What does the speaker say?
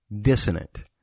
dissonant